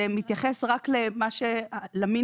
זה מתייחס רק למינימום.